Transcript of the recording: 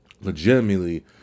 legitimately